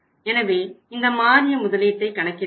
எனவே இந்த மாறிய முதலீட்டை கணக்கிட வேண்டும்